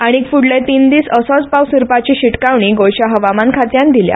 आनीक फुडले तीन दीस असोच पावस उरपाची शिटकावणी गोंयच्या हवामान खात्यान दिल्या